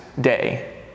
day